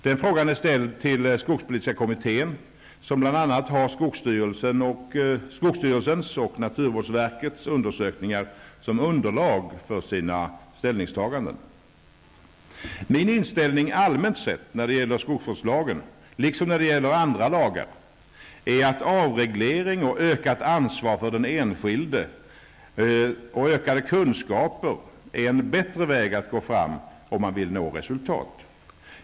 Den frågan är ställd till skogspolitiska kommittén som bl.a. har skogsstyrelsens och naturvårdsverkets undersökningar som underlag för sina ställningstaganden. Min inställning allmänt sett när det gäller skogsvårdslagen liksom när det gäller andra lagar, är att avreglering och ökat ansvar för den enskilde samt ökade kunskaper är en bättre väg att gå fram om man vill nå bra resultat.